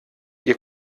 ihr